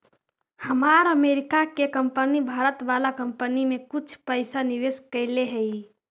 हमार अमरीका के कंपनी भारत वाला कंपनी में कुछ पइसा निवेश कैले हइ